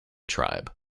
tribe